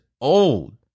old